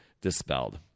dispelled